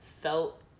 felt